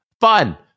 Fun